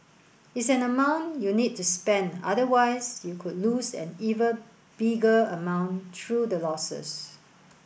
it's an amount you need to spend otherwise you could lose an even bigger amount through the losses